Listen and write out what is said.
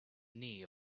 knee